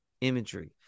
imagery